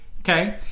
Okay